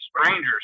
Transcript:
strangers